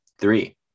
three